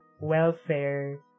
welfare